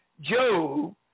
Job